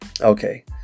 Okay